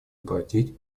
обратить